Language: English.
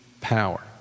power